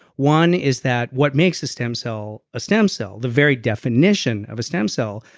one is that what makes a stem cell a stem cell, the very definition of a stem cell,